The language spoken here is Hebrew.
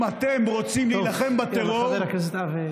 אם אתם רוצים להילחם בטרור, יאללה, חבר הכנסת אבי.